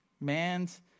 man's